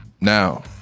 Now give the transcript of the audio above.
Now